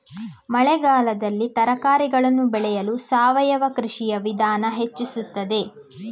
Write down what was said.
ಮಳೆಗಾಲದಲ್ಲಿ ತರಕಾರಿಗಳನ್ನು ಬೆಳೆಯಲು ಸಾವಯವ ಕೃಷಿಯ ವಿಧಾನ ಹೆಚ್ಚಿಸುತ್ತದೆ?